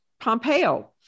Pompeo